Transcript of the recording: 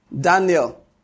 Daniel